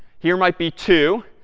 here might be two,